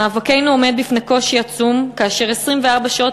מאבקנו עומד בפני קושי עצום כאשר 24 שעות